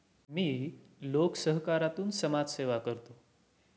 मी लोकसहकारातून समाजसेवा करतो